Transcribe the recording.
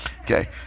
okay